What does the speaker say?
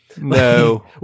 No